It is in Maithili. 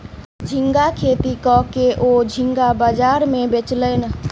झींगा खेती कय के ओ झींगा बाजार में बेचलैन